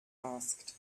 asked